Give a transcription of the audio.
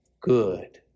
good